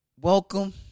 Welcome